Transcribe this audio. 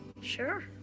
Sure